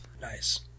Nice